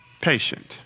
patient